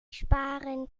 sparen